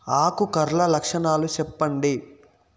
ఆకు కర్ల లక్షణాలు సెప్పండి